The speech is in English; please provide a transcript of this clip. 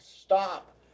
stop